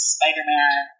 Spider-Man